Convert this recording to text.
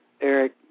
Eric